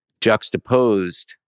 juxtaposed